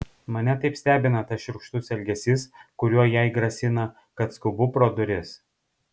mane taip stebina tas šiurkštus elgesys kuriuo jai grasina kad skubu pro duris